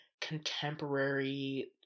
contemporary